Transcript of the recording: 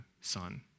son